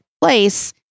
place